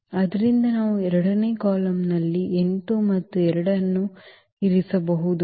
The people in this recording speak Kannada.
ಆದ್ದರಿಂದ ನಾವು ಎರಡನೇ ಕಾಲಮ್ನಲ್ಲಿ 8 ಮತ್ತು 2 ಅನ್ನು ಇರಿಸಬಹುದು